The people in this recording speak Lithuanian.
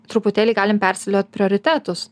truputėlį galim persidėliot prioritetus